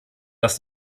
dass